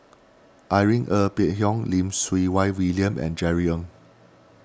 Irene Ng Phek Hoong Lim Siew Wai William and Jerry Ng